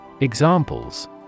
Examples